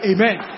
Amen